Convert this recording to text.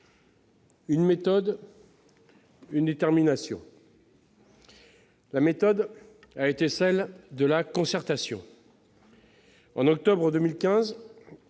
une méthode et une détermination. La méthode a été celle de la concertation. En octobre 2015,